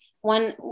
one